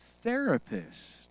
therapist